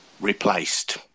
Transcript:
replaced